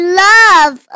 love